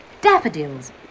Daffodils